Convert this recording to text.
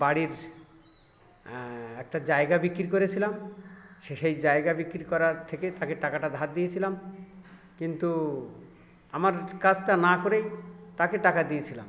বাড়ির একটা জায়গা বিক্রি করেছিলাম সে সেই জায়গা বিক্রি করার থেকে তাকে টাকাটা ধার দিয়েছিলাম কিন্তু আমার কাজটা না করেই তাকে টাকা দিয়েছিলাম